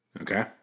okay